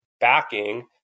backing